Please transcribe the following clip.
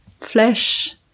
flesh